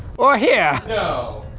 or here? no.